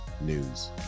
news